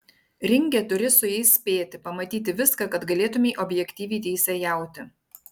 ringe turi su jais spėti pamatyti viską kad galėtumei objektyviai teisėjauti